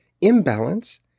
imbalance